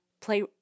play